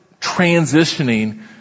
transitioning